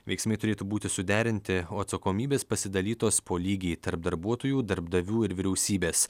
veiksmai turėtų būti suderinti o atsakomybės pasidalytos po lygiai tarp darbuotojų darbdavių ir vyriausybės